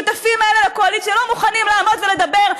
מפלגת הליכוד,